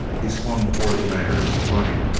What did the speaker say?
he swung towards the mares, running,